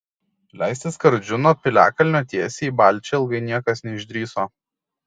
leistis skardžiu nuo piliakalnio tiesiai į balčią ilgai niekas neišdrįso